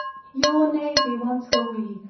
your navy once were we,